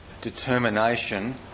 determination